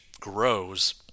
Grows